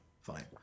Fine